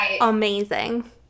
amazing